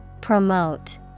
Promote